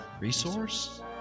resource